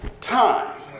time